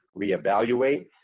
reevaluate